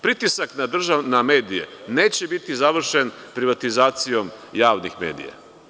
Pritiska na medije neće biti završen privatizacijom javnih medija.